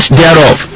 thereof